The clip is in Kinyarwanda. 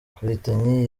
karitanyi